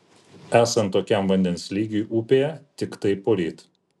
esant tokiam vandens lygiui upėje tiktai poryt